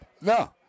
No